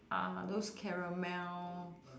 uh those caramel